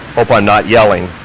hope i'm not yelling.